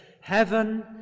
heaven